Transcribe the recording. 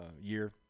year